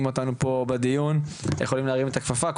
אותנו פה בדיון יכולים להרים את הכפפה,